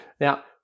Now